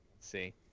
see